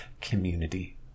community